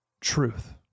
truth